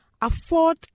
afford